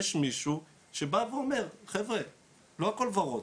יש מישהו שבא ואומר חבר'ה, לא הכל ורוד.